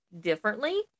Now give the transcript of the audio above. differently